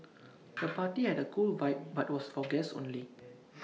the party had A cool vibe but was for guests only